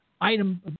item